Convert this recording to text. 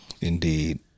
Indeed